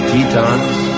Tetons